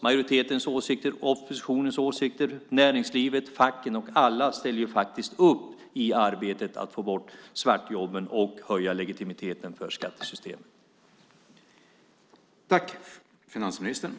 Majoritetens åsikter och oppositionens åsikter, näringslivet och facken - alla ställer faktiskt upp i arbetet med att få bort svartjobben och höja legitimiteten för skattesystemet.